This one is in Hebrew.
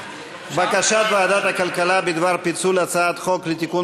בקשת ועדת הכלכלה בדבר פיצול הצעת חוק לתיקון